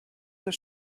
his